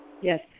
Yes